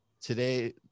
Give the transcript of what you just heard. today